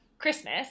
christmas